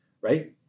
right